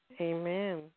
Amen